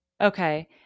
Okay